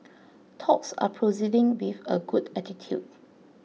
talks are proceeding with a good attitude